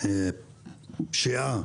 הפשיעה,